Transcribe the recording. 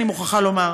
אני מוכרחה לומר,